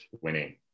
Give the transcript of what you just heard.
winning